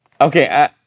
Okay